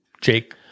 Jake